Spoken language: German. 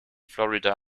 florida